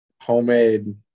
homemade